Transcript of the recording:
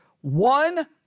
one